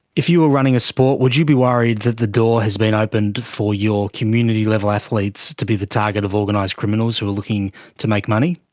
if you were running a sport, would you be worried that the door has been opened for your community level athletes be the target of organised criminals who are looking to make money?